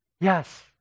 yes